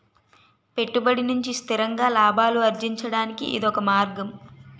పెట్టుబడి నుంచి స్థిరంగా లాభాలు అర్జించడానికి ఇదొక మార్గం